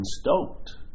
stoked